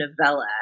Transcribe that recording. novella